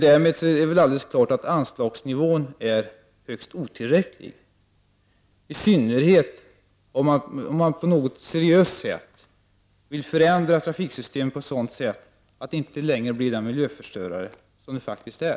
Därmed är det väl alldeles klart att anslagsnivån är högst otillräcklig — i synnerhet om man på ett seriöst sätt vill förändra trafiksystemet så, att det inte längre blir den miljöförstörare som det faktiskt är.